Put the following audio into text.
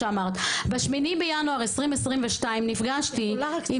ב-8 בינואר 2022 נפגשתי עם